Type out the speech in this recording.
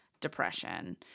depression